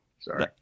Sorry